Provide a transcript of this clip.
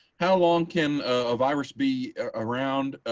how long can a virus be around